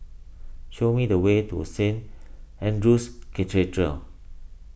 show me the way to Saint andrew's Cathedral